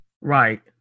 right